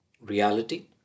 Reality